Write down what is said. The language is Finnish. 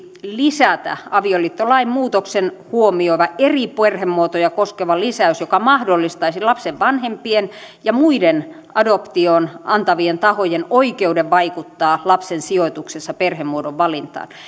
lisätä avioliittolain muutoksen huomioiva eri perhemuotoja koskeva lisäys joka mahdollistaisi lapsen vanhempien ja muiden adoptioon antavien tahojen oikeuden vaikuttaa lapsen sijoituksessa perhemuodon valintaan